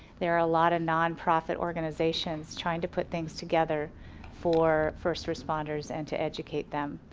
there are a lot of non-profit organizations trying to put things together for first responders and to educate them.